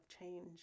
change